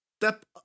Step